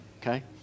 okay